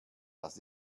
das